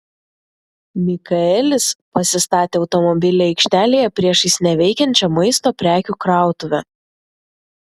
mikaelis pasistatė automobilį aikštelėje priešais neveikiančią maisto prekių krautuvę